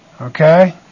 Okay